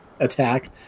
attack